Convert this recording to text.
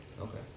Okay